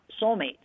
soulmates